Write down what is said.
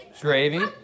gravy